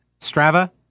Strava